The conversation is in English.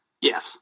Yes